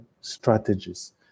strategies